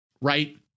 Right